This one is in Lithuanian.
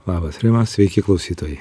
labas rima sveiki klausytojai